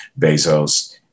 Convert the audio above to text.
Bezos